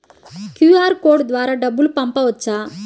QR code ద్వారా డబ్బులు పంపవచ్చా?